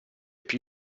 più